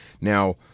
Now